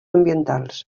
ambientals